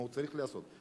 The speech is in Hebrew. מה הוא צריך לעשות,